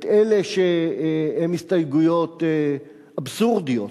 את אלה שהן הסתייגויות אבסורדיות,